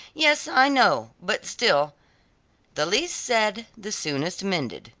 yes, i know, but still the least said, the soonest mended,